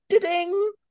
ding